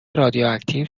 رادیواکتیو